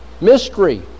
mystery